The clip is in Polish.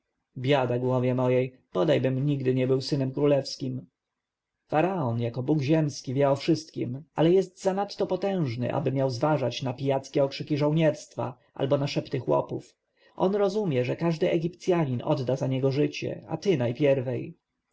biada głowie mojej bodajbym nigdy nie był synem królewskim faraon jako bóg ziemski wie o wszystkiem ale jest zanadto potężny aby miał zważać na pijackie okrzyki żołnierstwa albo na szepty chłopów on rozumie że każdy egipcjanin odda za niego życie a ty najpierwej